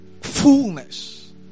fullness